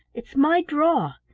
it's my draw.